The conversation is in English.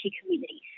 community